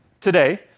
today